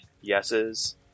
yeses